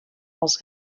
els